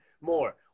More